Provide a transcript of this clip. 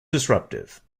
disruptive